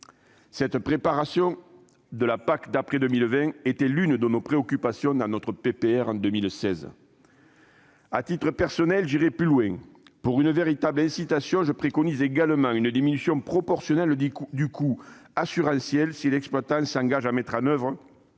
Cette préparation de la PAC d'après 2020 était l'une de nos préoccupations lorsque nous avions déposé notre proposition de résolution en 2016. À titre personnel, j'irai plus loin. Pour une véritable incitation, je préconise également une diminution proportionnelle du coût assurantiel si l'exploitant s'engage à mettre en oeuvre